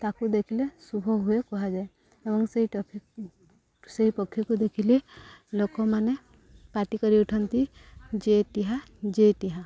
ତାକୁ ଦେଖିଲେ ଶୁଭ ହୁଏ କୁହାଯାଏ ଏବଂ ସେଇଟଫି ସେଇ ପକ୍ଷୀକୁ ଦେଖିଲେ ଲୋକମାନେ ପାଟି କରି ଉଠନ୍ତି ଜେଟିହା ଜେଟିହା